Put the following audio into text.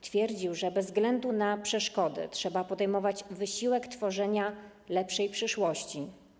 Twierdził, że bez względu na przeszkody trzeba podejmować wysiłek tworzenia lepszej przyszłości.